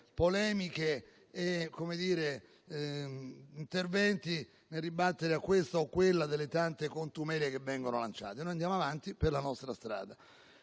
polemiche e interventi nel ribattere a questa o a quella delle tante contumelie che vengono lanciate. Noi andiamo avanti per la nostra strada.